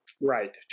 Right